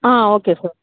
okay sir